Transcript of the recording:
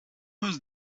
was